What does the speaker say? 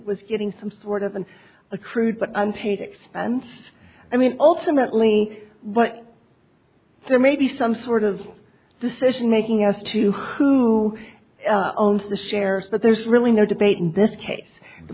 was getting some sort of an a crude but i'm paid expense i mean ultimately what there may be some sort of decision making as to who owns the shares but there's really no debate in this case the